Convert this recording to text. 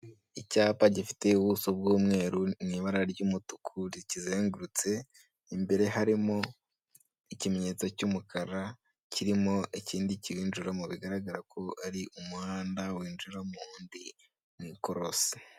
Icyapa gifite ubuso bw'umweru n'ibara ry'umutuku rikizengurutse, imbere harimo ikimenyetso cy'umukara, kirimo ikindi kikinjiramo bigaragara ko ari umuhanda winjira mu wundi mu ikorosi.